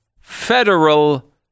federal